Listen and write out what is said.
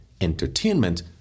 entertainment